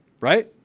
Right